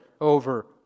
over